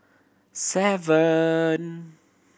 seven